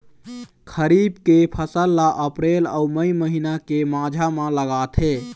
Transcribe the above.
खरीफ के फसल ला अप्रैल अऊ मई महीना के माझा म लगाथे